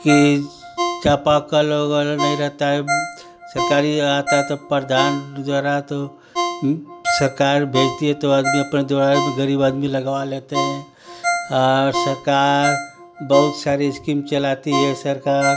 की चापाकल वगैरह नहीं रहता है सरकारी आता है त प्रधान द्वारा तो सरकार भेजती है तो आदमी अपने दोराए में गरीब आदमी लगवा लेते हैं और सरकार बहुत सारी इस्किम चलाती है सरकार